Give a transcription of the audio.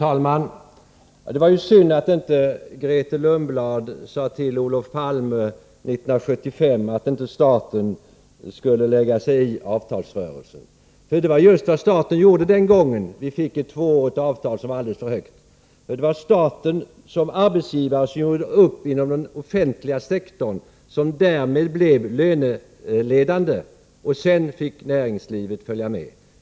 Herr talman! Det var synd att inte Grethe Lundblad sade till Olof Palme 1975 att staten inte skulle lägga sig i avtalsrörelsen, för det var just vad staten gjorde den gången. Vi fick ett tvåårigt avtal som var alldeles för högt. Staten som arbetsgivare gjorde upp inom den offentliga sektorn, som därmed blev löneledande, och sedan fick näringslivet följa med.